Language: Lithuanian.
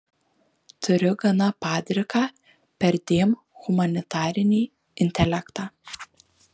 turiu gana padriką perdėm humanitarinį intelektą